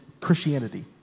Christianity